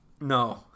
No